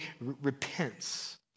repents